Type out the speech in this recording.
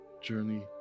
journey